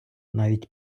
навіть